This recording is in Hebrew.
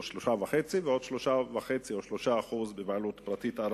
או 3.5% ועוד 3% או 3.5% בבעלות פרטית ערבית.